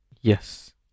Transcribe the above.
Yes